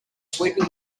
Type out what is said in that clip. sweeping